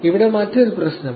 ഇവിടെ മറ്റൊരു പ്രശ്നം